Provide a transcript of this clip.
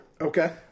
Okay